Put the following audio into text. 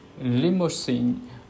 limousine